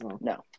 No